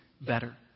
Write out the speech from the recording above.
better